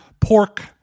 pork